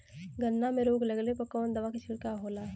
गन्ना में रोग लगले पर कवन दवा के छिड़काव होला?